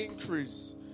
increase